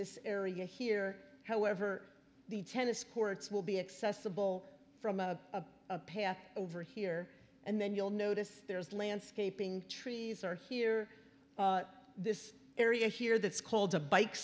this area here however the tennis courts will be accessible from a path over here and then you'll notice there's landscaping trees are here this area here that's called a bike